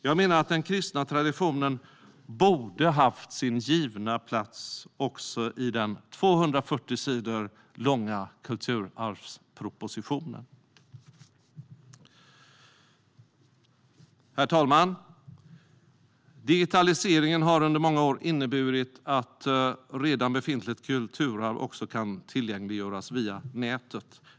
Jag menar att den kristna traditionen borde ha haft sin givna plats också i den 240 sidor långa kulturarvspropositionen. Herr talman! Digitaliseringen har under många år inneburit att ett redan befintligt kulturarv också kan tillgängliggöras via nätet.